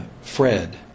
Fred